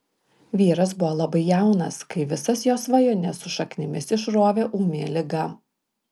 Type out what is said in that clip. vyras buvo labai jaunas kai visas jo svajones su šaknimis išrovė ūmi liga